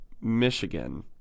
Michigan